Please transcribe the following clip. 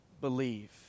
believe